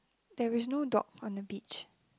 there is no dog on the beach